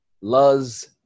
Luz